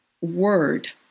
word